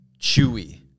Chewy